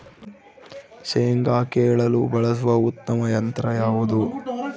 ಶೇಂಗಾ ಕೇಳಲು ಬಳಸುವ ಉತ್ತಮ ಯಂತ್ರ ಯಾವುದು?